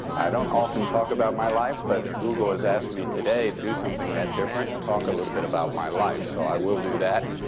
i don't often talk about my life. but google has asked me today to do something different and talk a little bit about my life. so i will do that.